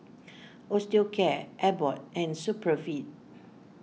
Osteocare Abbott and Supravit